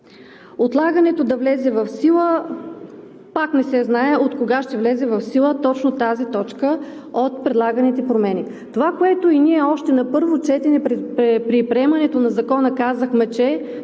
Отлагането да влезе в сила – пак не се знае откога ще влезе в сила точно тази точка от предлаганите промени. Още на първо четене при приемането на Закона ние казахме,